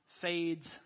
fades